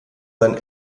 seinen